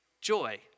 joy